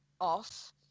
off